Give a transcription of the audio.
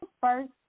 first